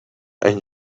and